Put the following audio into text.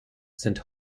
sind